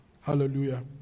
Hallelujah